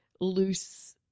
loose